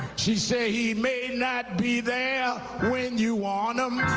he said he may not be there when you want him.